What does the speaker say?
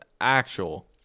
actual